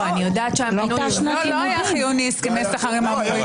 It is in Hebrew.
לא, לא היה חיוני הסכמי שכר עם המורים.